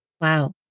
Wow